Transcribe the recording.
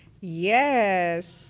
Yes